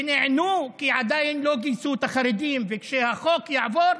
ונענו כי עדיין לא גייסו את החרדים וכשהחוק יעבור,